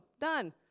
done